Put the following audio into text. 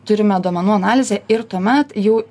turime duomenų analizę ir tuomet jau